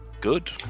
good